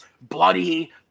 bloody